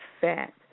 fat